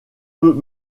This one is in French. peut